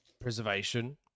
preservation